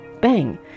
bang